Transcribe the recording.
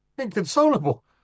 Inconsolable